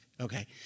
okay